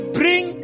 bring